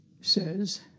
says